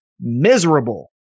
miserable